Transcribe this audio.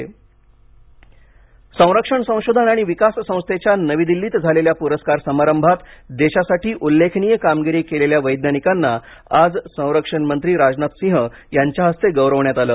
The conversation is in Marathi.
राजनाथ सिंह संरक्षण संशोधन आणि विकास संस्थेच्या नवी दिल्लीत झालेल्या पुरस्कार समारंभात देशासाठी उल्लेखनीय कामगिरी केलेल्या वैज्ञानिकांना आज संरक्षण मंत्री राजनाथ सिंह यांच्या हस्ते गौरवण्यात आलं